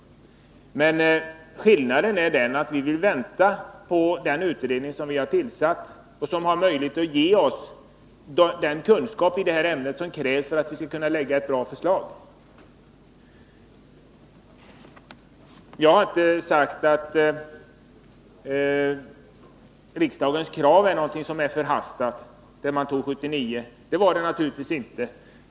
Skillnaden är den att vi vill vänta på den utredning som har tillsatts och som har möjligheter att ge oss den kunskap i detta ämne som krävs för att vi skall kunna lägga fram ett bra förslag. Jag har inte sagt att riksdagskravet från 1979 är förhastat. Det var det naturligtvis inte.